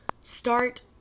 Start